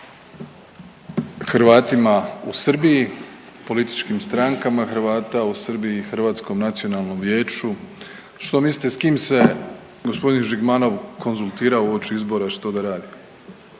Hrvatima u Srbiji, političkim strankama Hrvata u Srbiji i Hrvatskom nacionalnom vijeću. Što mislite s kim se g. Žigmanov konzultirao uoči izbora što da radi,